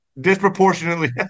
disproportionately